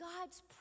God's